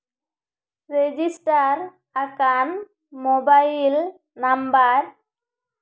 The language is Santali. ᱨᱮᱡᱤᱥᱴᱟᱨ ᱟᱠᱟᱱ ᱢᱳᱵᱟᱭᱤᱞ ᱱᱟᱢᱵᱟᱨ